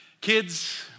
Kids